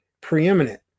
preeminent